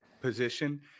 position